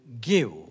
give